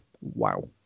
Wow